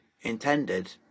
intended